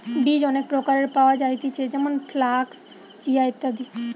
বীজ অনেক প্রকারের পাওয়া যায়তিছে যেমন ফ্লাক্স, চিয়া, ইত্যাদি